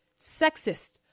sexist